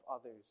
others